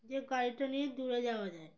যে গাড়িটা নিয়ে দূরে যাওয়া যায় না